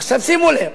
עכשיו, שימו לב,